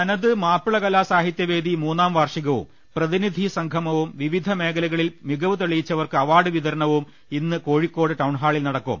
തനത് മാപ്പിള കലാ സാഹിത്യ വേദി മൂന്നാംവാർഷികവും പ്രതിനിധിസംഗമവും വിവിധമേഖലകളിൽ മികവ് തെളിയിച്ചവർക്ക് അവാർഡ് വിതരണവും ഇന്ന് കോഴിക്കോട് ടൌൺഹാളിൽ നടക്കും